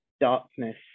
darkness